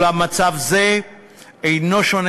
ואולם, מצב זה אינו שונה